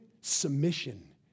submission